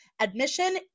Admission